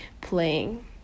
playing